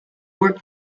work